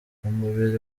umubiri